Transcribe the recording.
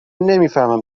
نمیفهمم